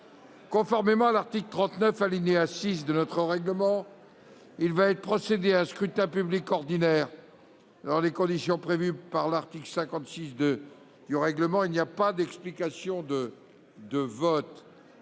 Conformément à l'article 39, alinéa 6, de notre règlement, il va donc être procédé à un scrutin public ordinaire dans les conditions prévues par l'article 56 du règlement ; aucune explication de vote